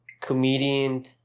comedian